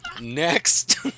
next